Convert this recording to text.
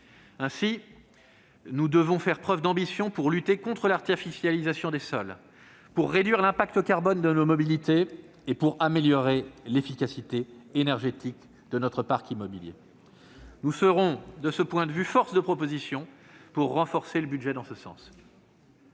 Ainsi, nous devons faire preuve d'ambition pour lutter contre l'artificialisation des sols, pour réduire l'impact carbone de nos mobilités et pour améliorer l'efficacité énergétique de notre parc immobilier. Nous serons force de proposition pour renforcer le budget dans ce sens.